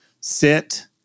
sit